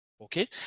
okay